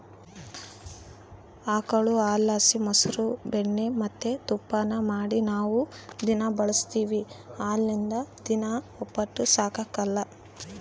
ಆಕುಳು ಹಾಲುಲಾಸಿ ಮೊಸ್ರು ಬೆಣ್ಣೆ ಮತ್ತೆ ತುಪ್ಪಾನ ಮಾಡಿ ನಾವು ದಿನಾ ಬಳುಸ್ತೀವಿ ಹಾಲಿಲ್ಲುದ್ ದಿನ ಒಪ್ಪುಟ ಸಾಗಕಲ್ಲ